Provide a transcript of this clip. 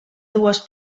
dues